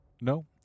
No